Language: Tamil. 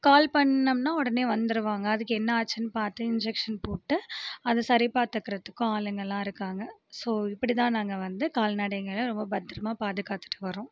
கால் பண்ணிணம்னா உடனே வந்துடுவாங்க அதுக்கு என்ன ஆச்சுனு பார்த்து இன்ஜெக்ஷன் போட்டு அதை சரி பார்த்துக்கிறதுக்கும் ஆளுங்கள்லாம் இருக்காங்க ஸோ இப்படி தான் நாங்கள் வந்து கால்நடைங்களை ரொம்ப பத்திரமா பாதுகாத்துகிட்டு வரோம்